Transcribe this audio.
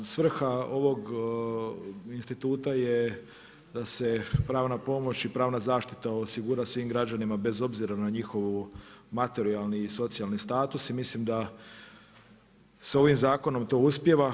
Svrha ovog instituta je da se pravna pomoć i pravna zaštita osigura svim građanima bez obzira na njihov materijalni i socijalni status i mislim da s ovim zakonom to uspijeva.